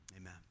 Amen